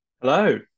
Hello